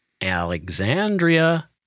Alexandria